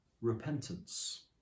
repentance